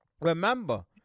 remember –